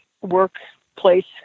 workplace